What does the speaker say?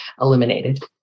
eliminated